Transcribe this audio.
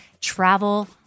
travel